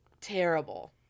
terrible